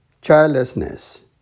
Childlessness